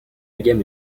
gamme